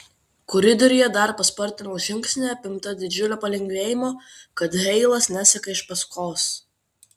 koridoriuje dar paspartinau žingsnį apimta didžiulio palengvėjimo kad heilas neseka iš paskos